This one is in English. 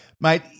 mate